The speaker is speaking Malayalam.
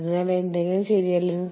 അതിനാൽ അത് അന്തർദേശീയമായി പോകുന്നു